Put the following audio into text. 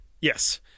yes